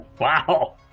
wow